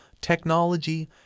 technology